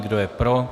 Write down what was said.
Kdo je pro?